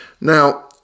Now